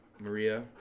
Maria